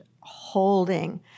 holding